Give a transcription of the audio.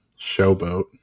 showboat